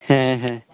ᱦᱮᱸ ᱦᱮᱸ